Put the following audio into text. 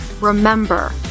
remember